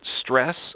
stress